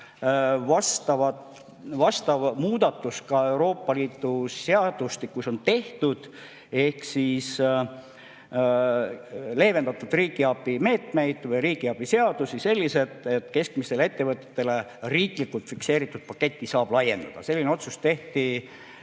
Vastav muudatus ka Euroopa Liidu seadustikus on tehtud ehk on leevendatud riigiabi meetmeid või riigiabi seadusi selliselt, et keskmistele ettevõtetele riiklikult fikseeritud paketti saab laiendada. Selline otsus tehti